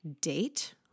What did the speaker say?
date